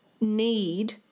need